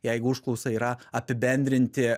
jeigu užklausa yra apibendrinti